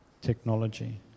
Technology